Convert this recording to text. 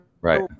Right